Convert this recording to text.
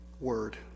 word